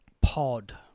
Pod